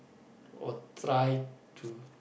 will try to